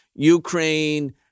Ukraine